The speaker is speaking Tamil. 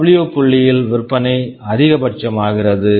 டபுள்யூ W புள்ளியில் விற்பனை அதிகபட்சமாகிறது